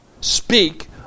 speak